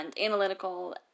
analytical